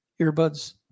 earbuds